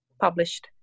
published